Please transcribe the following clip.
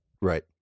right